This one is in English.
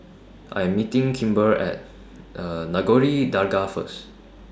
I Am meeting Kimber At Nagore Dargah First